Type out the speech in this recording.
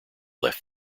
left